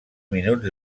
minuts